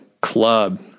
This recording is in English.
Club